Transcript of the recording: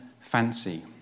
fancy